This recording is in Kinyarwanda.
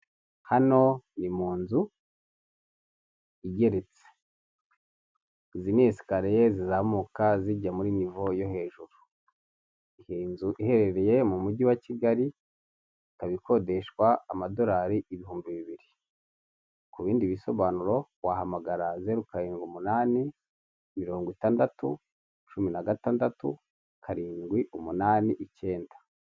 Hano ni mu nzu igeretse. Izi ni esikariye zizamuka zijya muri nivo yo hejuru. Iyi nzu iherereye mu mujyi wa kigali, ikaba ikodeshwa amadolari ibihumbi bibiri. Ku bindi bisobanuro wahamagara zeru karindwi umunani, mirongo itandatu, cumi na gatandatu, karindwi, umunani, icyenda.